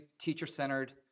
teacher-centered